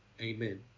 Amen